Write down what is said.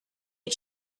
get